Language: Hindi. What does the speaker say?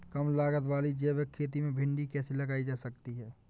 कम लागत वाली जैविक खेती में भिंडी कैसे लगाई जा सकती है?